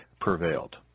prevailed